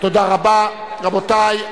רבותי,